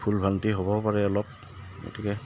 ফুল ভ্ৰান্তি হ'বও পাৰে অলপ গতিকে